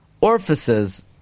orifices